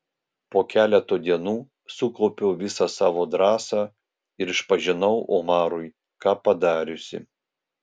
po keleto dienų sukaupiau visą savo drąsą ir išpažinau omarui ką padariusi